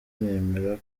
nemera